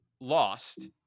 lost